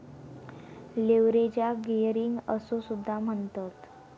लीव्हरेजाक गियरिंग असो सुद्धा म्हणतत